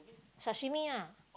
sashimi ah